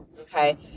Okay